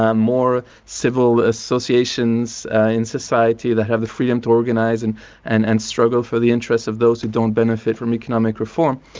um more civil associations in society that have the freedom to organise and and and struggle for the interests of those who don't benefit from economic reform.